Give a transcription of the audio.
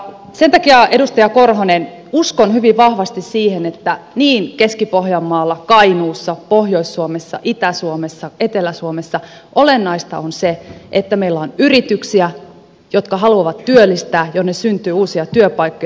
sen takia edustaja korhonen uskon hyvin vahvasti siihen että niin keski pohjanmaalla kainuussa pohjois suomessa itä suomessa kuin etelä suomessa olennaista on se että meillä on yrityksiä jotka haluavat työllistää joihin syntyy uusia työpaikkoja